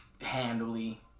handily